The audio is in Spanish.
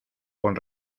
con